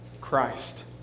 Christ